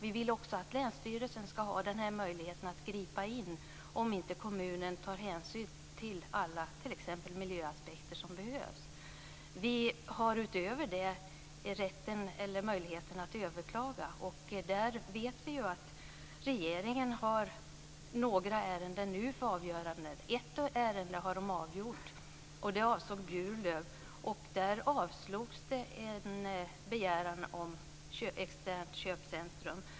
Vi vill också att länsstyrelsen ska ha möjlighet att gripa in, om kommunen t.ex. inte tar hänsyn till alla nödvändiga miljöaspekter. Vi har utöver det också möjligheten att överklaga. Regeringen har nu några ärenden för avgörande. Den har avgjort ett ärende som avsåg Burlöv. Därvid avslogs en begäran om externt köpcentrum.